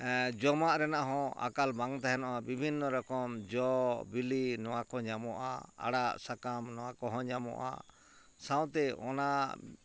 ᱡᱚᱢᱟᱜ ᱨᱮᱱᱟᱜᱦᱚᱸ ᱟᱞᱟᱠ ᱵᱟᱝ ᱛᱟᱦᱮᱱᱚᱜᱼᱟ ᱵᱤᱵᱷᱤᱱᱱᱚ ᱨᱚᱠᱚᱢ ᱡᱚ ᱵᱤᱞᱤ ᱱᱚᱣᱟᱠᱚ ᱧᱟᱢᱚᱜᱼᱟ ᱟᱲᱟᱜ ᱥᱟᱠᱟᱢ ᱱᱚᱣᱟ ᱠᱚᱦᱚᱸ ᱧᱟᱢᱚᱜᱼᱟ ᱥᱟᱶᱛᱮ ᱚᱱᱟ